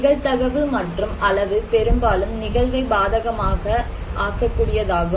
நிகழ்தகவு மற்றும் அளவு பெரும்பாலும் நிகழ்வை பாதகமாக ஆக்க கூடியதாகும்